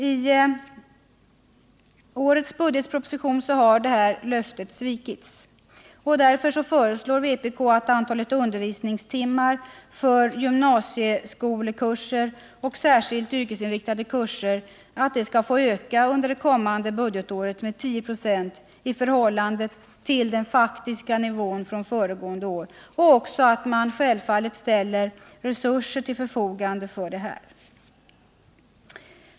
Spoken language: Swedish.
I årets budgetproposition har detta löfte svikits. Därför föreslår vpk att antalet undervisningstimmar för gymnasieskolekurser och särskilt yrkesinriktade kurser skall få öka under kommande budgetår med 10 96 i förhållande till den faktiska nivån från föregående år och att man ställer resurser till förfogande för detta.